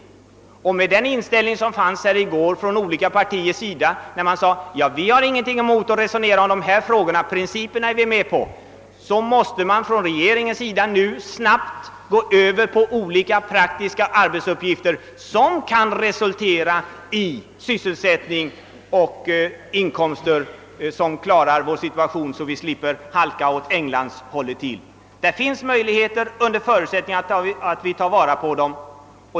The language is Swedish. Med hänsyn till den inställning som redovisades i går av representanter för olika partier, som sade att de inte hade någonting emot att resonera om dessa frågor och att de var med på principerna, måste rege ringen snabbt ta itu med olika praktiska arbetsuppgifter som kan resultera i sysselsättning och inkomster och som kan rädda vår situation, så att vi inte behöver halka åt englandshållet. Det finns möjligheter till det, om vi tar vara på dem.